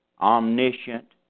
omniscient